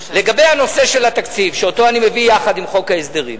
לגבי התקציב, שאני מביא אותו יחד עם חוק ההסדרים,